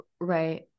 right